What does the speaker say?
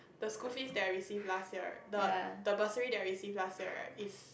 the school fees that I receive last year right the the bursary that I receive last year right right is